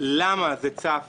למה זה צף